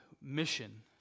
mission